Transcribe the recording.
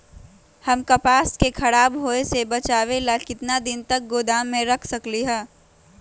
हम कपास के खराब होए से बचाबे ला कितना दिन तक गोदाम में रख सकली ह?